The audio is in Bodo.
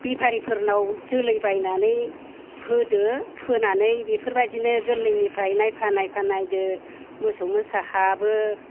बेफारिफोरनाव जोलै बायनानै फोदो फोनानै बेफोरबायदिनो गोरलैनिफ्राय नायफा नायफा नायदो मोसौ मोसा हाबो